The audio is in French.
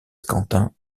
quentin